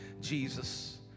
Jesus